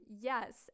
yes